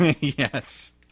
Yes